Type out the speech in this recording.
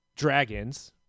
dragons